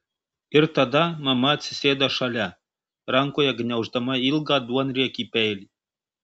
ir tada mama atsisėda šalia rankoje gniauždama ilgą duonriekį peilį